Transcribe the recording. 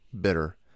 bitter